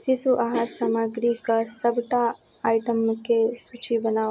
शिशु आहार सामग्रीके सबटा आइटमके सूचि बनाउ